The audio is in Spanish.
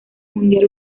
mundial